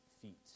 feet